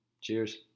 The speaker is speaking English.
Cheers